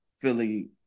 Philly